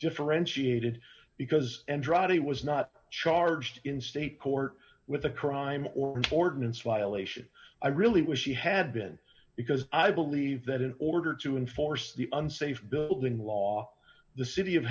differentiated because and drafty was not charged in state court with the crime or importance violation i really wish he had been because i believe that in order to enforce the unsafe building law the city of